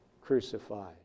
crucified